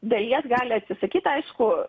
dalies gali atsisakyt aišku